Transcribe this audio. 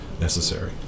necessary